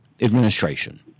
administration